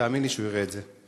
תאמין לי שהוא יראה את זה,